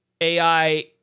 AI